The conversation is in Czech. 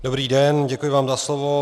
Dobrý den, děkuji vám za slovo.